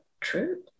true